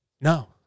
no